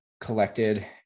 collected